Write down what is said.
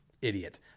Idiot